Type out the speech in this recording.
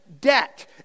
debt